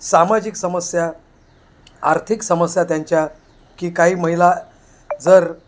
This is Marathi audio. सामाजिक समस्या आर्थिक समस्या त्यांच्या की काही महिला जर